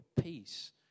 peace